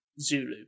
Zulu